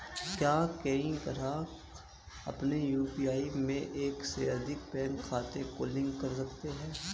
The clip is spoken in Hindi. क्या कोई ग्राहक अपने यू.पी.आई में एक से अधिक बैंक खातों को लिंक कर सकता है?